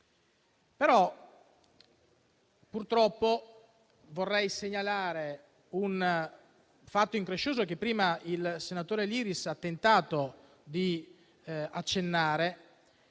Purtroppo però vorrei segnalare un fatto increscioso che prima il senatore Liris ha tentato di accennare.